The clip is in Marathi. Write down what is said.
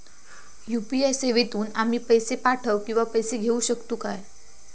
यू.पी.आय सेवेतून आम्ही पैसे पाठव किंवा पैसे घेऊ शकतू काय?